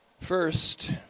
First